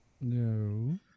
No